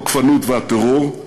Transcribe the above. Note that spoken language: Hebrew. התוקפנות והטרור,